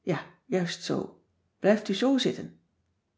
ja juist zoo blijft u zoo zitten